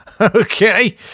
Okay